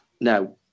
Now